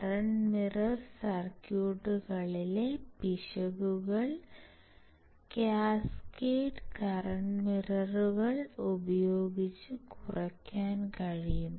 current mirror സർക്യൂട്ടുകളിലെ പിശകുകൾ cascade current മിററുകൾ ഉപയോഗിച്ച് കുറയ്ക്കാൻ കഴിയും